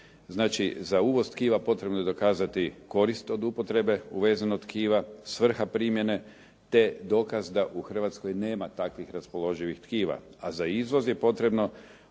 Znači, za uvoz tkiva potrebno je dokazati korist od upotrebe uvezenog tkiva, svrha primjene te dokaz da u Hrvatskoj nema takvih raspoloživih tkiva a za izvoz je potrebno